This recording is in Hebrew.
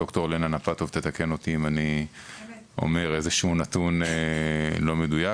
ד"ר לנה נטפוב תתקן אותי אם אני אומר איזשהו נתון לא מדויק.